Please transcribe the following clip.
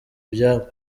ibyabo